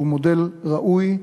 הוא מודל ראוי,